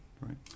right